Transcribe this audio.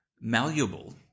malleable